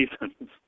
reasons